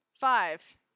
Five